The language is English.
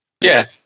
Yes